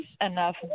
enough